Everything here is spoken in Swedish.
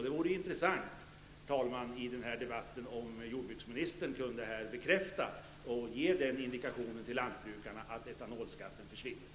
Det vore intressant, herr talman, om jordbruksministern i den här debatten kunde bekräfta det och ge lantbrukarna indikationen att etanolskatten försvinner.